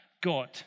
God